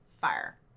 fire